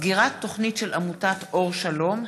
סגירת תוכנית של עמותת אור שלום,